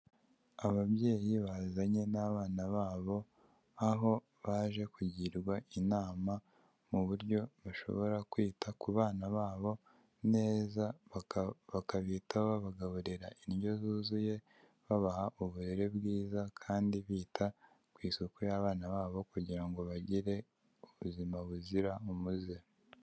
Ababyeyi bazanye n'abana babo, aho baje kugirwa inama mu buryo bashobora kwita ku bana babo neza, bakabitaho bagaburira indyo yuzuye, babaha uburere bwiza kandi bita ku isuku y'abana babo kugira ngo bagire ubuzima buzira umuze.